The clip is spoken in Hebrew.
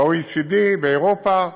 ב-OECD, באירופה,